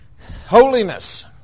Holiness